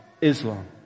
Islam